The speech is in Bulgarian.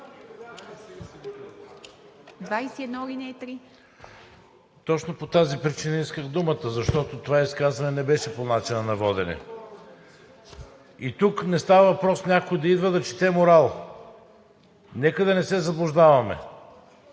(ИБГНИ): Точно по тази причина исках думата, защото това изказване не беше по начина на водене. И тук не става въпрос някой да идва да чете морал. Нека да не се заблуждаваме.